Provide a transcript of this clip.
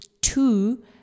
two